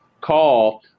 call